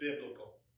biblical